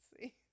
see